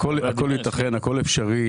הכל ייתכן הכל אפשרי,